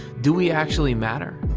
do we actually matter?